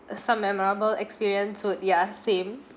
some memorable experience with ya same